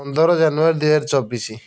ପନ୍ଦର ଜାନୁୟାରୀ ଦୁଇହଜାରଚବିଶି